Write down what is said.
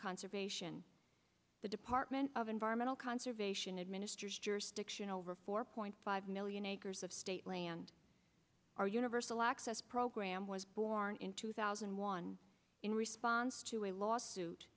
conservation the department of environmental conservation administers jurisdiction over four point five million acres of state land our universal access program was born in two thousand and one in response to a lawsuit